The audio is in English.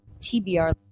TBR